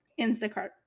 Instacart